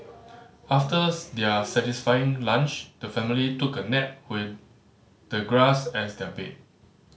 after their satisfying lunch the family took a nap with the grass as their bed